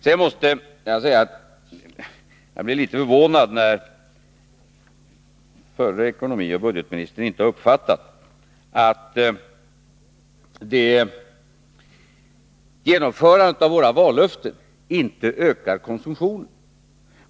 Sedan måste jag säga att jag blev litet förvånad när förre ekonomioch budgetministern inte har uppfattat att genomförandet av våra vallöften inte ökar konsumtionen.